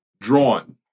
drawn